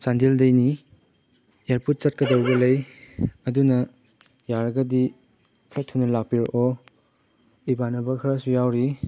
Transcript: ꯆꯥꯟꯗꯦꯜꯗꯩꯅꯤ airport ꯆꯠꯀꯗꯧꯕ ꯂꯩ ꯑꯗꯨꯅ ꯌꯥꯔꯒꯗꯤ ꯈꯔ ꯊꯨꯅ ꯂꯥꯛꯄꯤꯔꯛꯑꯣ ꯏꯃꯥꯟꯅꯕ ꯈꯔꯁꯨ ꯌꯥꯎꯔꯤ